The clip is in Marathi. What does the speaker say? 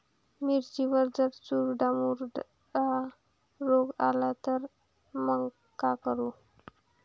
मिर्चीवर जर चुर्डा मुर्डा रोग आला त मंग का करू?